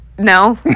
no